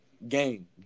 Game